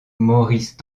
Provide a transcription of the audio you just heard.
maurice